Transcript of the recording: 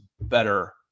better